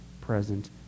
present